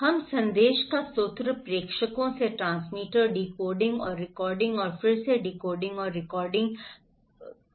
अब संदेश का स्रोत प्रेषकों से ट्रांसमीटर डिकोडिंग और रीकोडिंग और फिर से डिकोडिंग और रीकोडिंग प्रापक पर आ रहा है